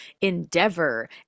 endeavor